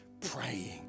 praying